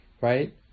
right